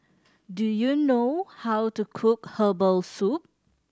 do you know how to cook herbal soup